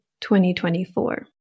2024